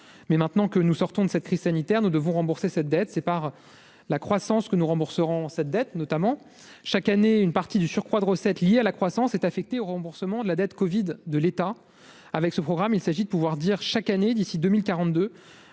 mais maintenant que nous sortons de cette crise sanitaire, nous devons rembourser cette dette, c'est par la croissance que nous rembourserons cette dette notamment chaque année une partie du surcroît de recettes liées à la croissance est affectée au remboursement de la dette Covid de l'État avec ce programme, il s'agit de pouvoir dire chaque année d'ici 2042